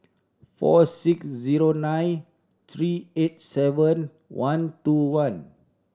four six zero nine three eight seven one two one